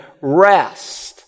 rest